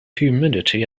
humidity